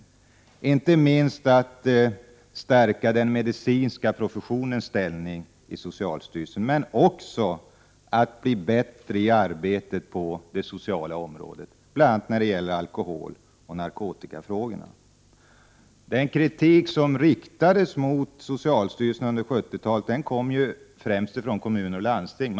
Det gäller inte minst förslaget att stärka den medicinska professionens ställning men också att socialstyrelsen skall bli bättre i arbetet på det sociala området, bl.a. när det gäller alkoholoch narkotikafrågorna. Den kritik som riktades mot socialstyrelsen under 70-talet kom främst från kommuner och landsting.